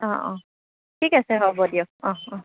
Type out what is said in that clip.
অঁ অঁ ঠিক আছে হ'ব দিয়ক অহ অহ